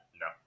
No